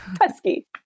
Pesky